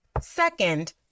Second